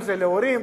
אם להורים.